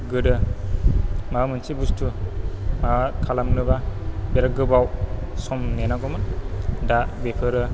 गोदो माबा मोनसे बुस्तु माबा खालामनो बा बिरात गोबाव सम नेनांगौमोन दा बेफोरो